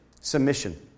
Submission